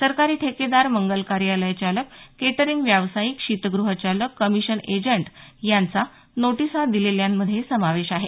सरकारी ठेकेदार मंगल कार्यालय चालक केटरिंग व्यावसायिक शीतगृह चालक कमिशन एजंट यांचा नोटिसा दिलेल्यांमध्ये समावेश आहे